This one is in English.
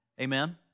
Amen